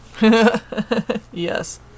Yes